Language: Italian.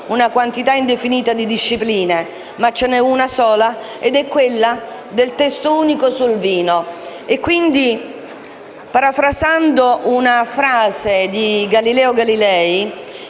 una quantità indefinita di discipline, ma ce ne è una sola ed è quella del testo unico sul vino. Parafrasando una frase di Galileo Galilei,